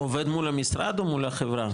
עובד מול המשרד, או מול החברה?